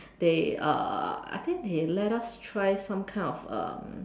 they uh I think they let us try some kind of um